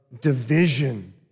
division